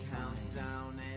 countdown